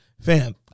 fam